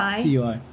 CUI